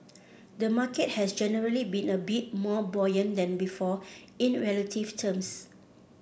the market has generally been a bit more buoyant than before in relative terms